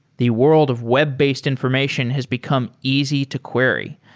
the world of web-based information has become easy to query.